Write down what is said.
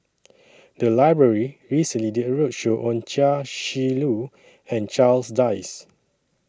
The Library recently did A roadshow on Chia Shi Lu and Charles Dyce